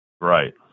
Right